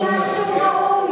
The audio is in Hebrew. משום שהוא ראוי,